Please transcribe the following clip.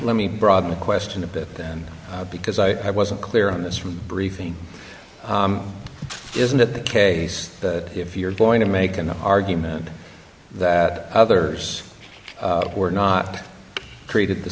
let me broaden the question a bit then because i wasn't clear on this from briefing isn't it the case that if you're going to make an argument that others were not created the